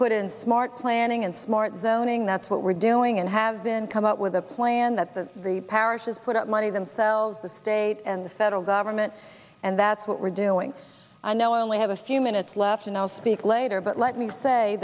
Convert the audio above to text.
put in smart planning and smart zoning that's what we're doing and have been come up with a plan that the repairs is put up money themselves the state and the federal government and that's what we're doing i know i only have a few minutes left and i'll speak later but let me say